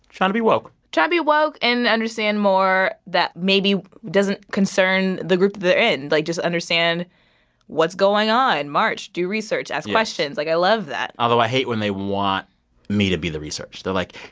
trying to be woke trying to be woke and understand more that maybe doesn't concern the group they're in. like, just understand what's going on, and march, do research, ask questions. like, i love that although i hate when they want me to be the research. they're like,